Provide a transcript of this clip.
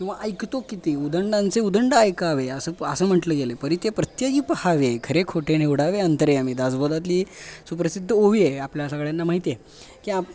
किंवा ऐकतो किती उदंडांचे उदंड ऐकावे असं असं म्हटलं गेलं आहे परी ते प्रत्ययी पहावे खरे खोटे निवडावे अंतर्यामी दासबोधातली सुप्रसिद्ध ओवी आहे आपल्या सगळ्यांना माहिती आहे की आपण